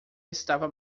estava